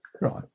right